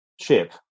ship